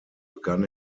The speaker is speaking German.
begann